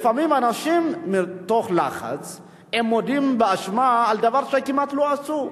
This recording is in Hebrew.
לפעמים אנשים מתוך לחץ מודים באשמה על דבר שכמעט לא עשו.